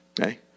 Okay